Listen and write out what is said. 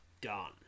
done